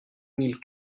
mille